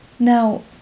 now